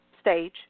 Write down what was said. stage